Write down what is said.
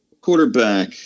Quarterback